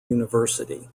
university